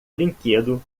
brinquedo